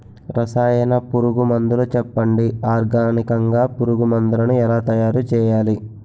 రసాయన పురుగు మందులు చెప్పండి? ఆర్గనికంగ పురుగు మందులను ఎలా తయారు చేయాలి?